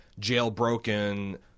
jailbroken